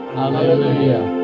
hallelujah